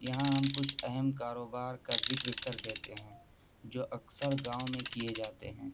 یہاں ہم کچھ اہم کاروبار کا ذکر کر دیتے ہیں جو اکثر گاؤں میں کیے جاتے ہیں